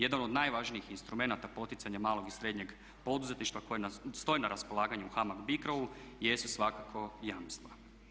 Jedan od najvažnijih instrumenata poticanja malog i srednjeg poduzetništva koje stoji na raspolaganju HAMAG BICRO-u jesu svakako jamstva.